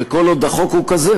וכל עוד החוק הוא כזה,